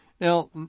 Now